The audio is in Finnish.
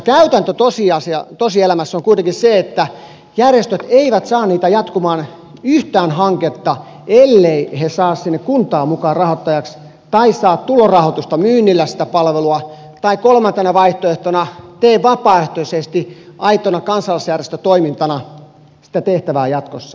käytäntö tosielämässä on kuitenkin se että järjestöt eivät saa niitä jatkumaan yhtään hanketta elleivät ne saa sinne kuntaa mukaan rahoittajaksi tai saa tulorahoitusta myymällä sitä palvelua tai kolmantena vaihtoehtona tee vapaaehtoisesti aitona kansalaisjärjestötoimintana sitä tehtävää jatkossa